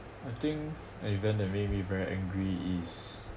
I think an event that made me very angry is